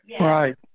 Right